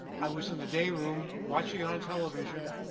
i was in the day room, watching it on television,